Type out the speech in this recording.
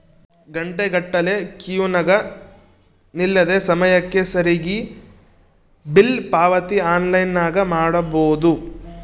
ಘಂಟೆಗಟ್ಟಲೆ ಕ್ಯೂನಗ ನಿಲ್ಲದೆ ಸಮಯಕ್ಕೆ ಸರಿಗಿ ಬಿಲ್ ಪಾವತಿ ಆನ್ಲೈನ್ನಾಗ ಮಾಡಬೊದು